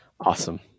Awesome